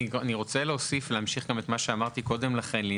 אני רוצה להמשיך את מה שאמרתי קודם לכן.